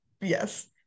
yes